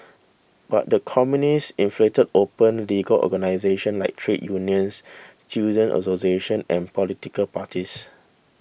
but the Communists infiltrated open legal organisations like trade unions student associations and political parties